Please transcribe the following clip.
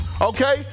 okay